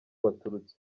baturutse